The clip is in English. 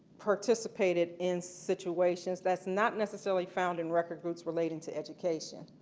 participated in situations that is not necessarily found in record groups relating to education.